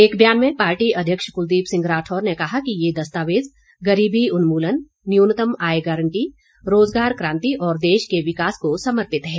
एक बयान में पार्टी अध्यक्ष कुलदीप सिंह राठौर ने कहा कि ये दस्तावेज गरीबी उन्मूलन न्यूनतम आय गारंटी रोजगार क्रांति और देश के विकास को समर्पित है